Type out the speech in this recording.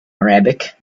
arabic